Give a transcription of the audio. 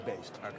based